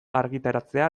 argitaratzea